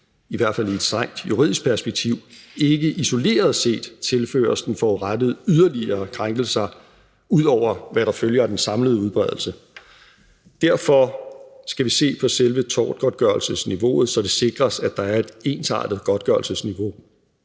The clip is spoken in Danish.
i hvert fald i et strengt juridisk perspektiv, ikke isoleret set tilføres den forurettede yderligere krænkelser, ud over hvad der følger af den samlede udbredelse. Derfor skal vi se på selve tortgodtgørelsesniveauet, så det sikres, at der er et ensartet godtgørelsesniveau.